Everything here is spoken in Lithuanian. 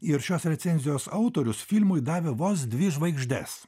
ir šios recenzijos autorius filmui davė vos dvi žvaigždes